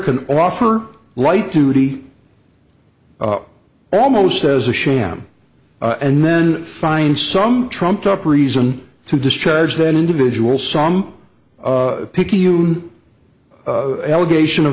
can offer light duty almost as a sham and then find some trumped up reason to discharge that individual some picayune allegation of